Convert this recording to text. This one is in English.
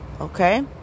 Okay